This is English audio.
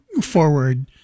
forward